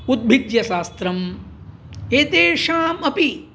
उद्भिद्यशास्त्रम् एतेषाम् अपि